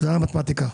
זו המתמטיקה.